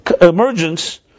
emergence